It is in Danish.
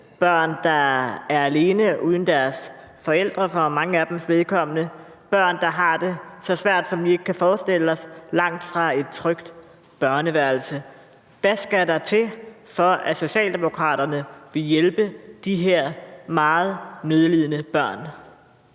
børn, der er alene og for manges vedkommende er uden deres forældre, børn, der har det så svært, at vi ikke kan forestille os det, langt fra et trygt børneværelse. Hvad skal der til, for at Socialdemokraterne vil hjælpe de her meget nødlidende børn?